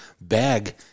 bag